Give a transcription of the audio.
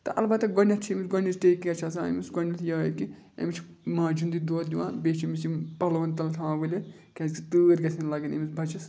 تہٕ البتہ گۄڈٕنٮ۪تھ چھِ أمِس گۄڈنِچ ٹیک کیر چھِ آسان أمِس گۄڈنٮ۪تھ یِہے کہِ أمِس چھِ ماجہِ ہِنٛدٕے دۄد دِوان بیٚیہِ چھِ أمِس یِم پَلوَن تَل تھاوان ؤلِتھ کیٛازِکہِ تۭر گژھن لَگن أمِس بَچَس